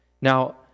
Now